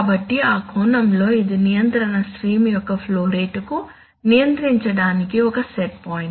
కాబట్టి ఆ కోణంలో ఇది నియంత్రణ స్ట్రీమ్ యొక్క ఫ్లో రేటుకు నియంత్రించటానికి ఒక సెట్ పాయింట్